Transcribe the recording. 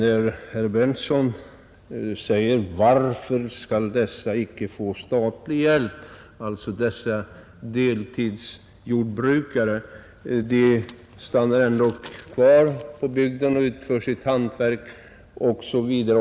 Fru talman! Herr Berndtsson frågar: Varför skall dessa deltidsjordbrukare icke få statlig hjälp? De stannar ändå kvar i bygden, utför ett hantverk osv.